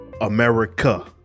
America